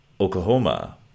Oklahoma